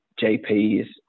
JP's